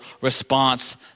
response